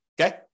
Okay